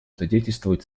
свидетельствует